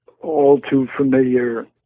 all-too-familiar